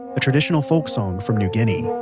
a traditional folk song from new guinea